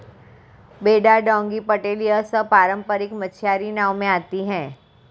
बेड़ा डोंगी पटेल यह सब पारम्परिक मछियारी नाव में आती हैं